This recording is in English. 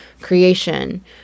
creation